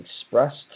expressed